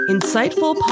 Insightful